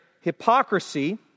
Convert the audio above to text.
hypocrisy